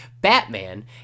Batman